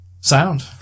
Sound